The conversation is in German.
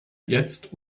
jetzt